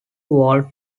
walled